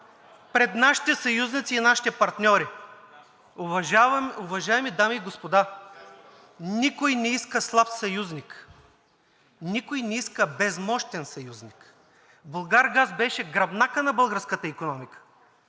пред нашите съюзници и нашите партньори. Уважаеми дами и господа, никой не иска слаб съюзник. Никой не иска безпомощен съюзник. „Булгаргаз“ беше гръбнакът на българската икономика.